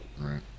Right